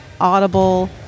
audible